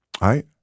right